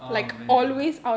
oh man